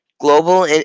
Global